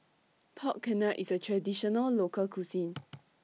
Pork Knuckle IS A Traditional Local Cuisine